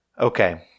Okay